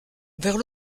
vers